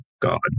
God